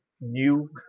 new